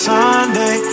Sunday